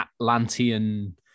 atlantean